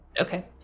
Okay